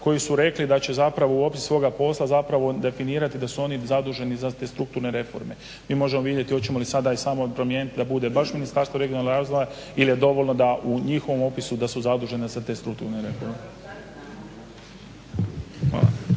koji su rekli da će zapravo u opis svoga posla definirati da su oni zaduženi za te strukturne reforme. Mi možemo vidjeti hoćemo li sada samo promijenit da bude baš Ministarstvo regionalnog razvoja ili je dovoljno u njihovom opisu da su zaduženi za te strukturne reforme.